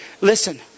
Listen